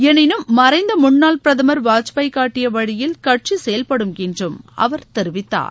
எனினும் மறைந்த முன்னாள் பிரதமா் வாஜ்பாய் காட்டிய வழியில் கட்சி செயல்படும் என்றும் அவர் தெரிவித்தார்